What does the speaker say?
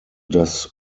das